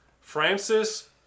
francis